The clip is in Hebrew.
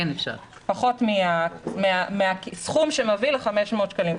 פחות מהסכום שמביא ל-500 שקלים,